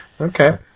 Okay